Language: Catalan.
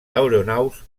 aeronaus